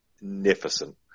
magnificent